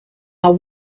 are